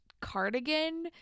cardigan